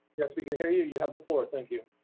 yes, we can hear you. you have the floor. thank you.